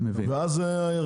כתוצאה מכך,